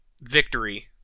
victory